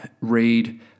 read